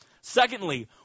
Secondly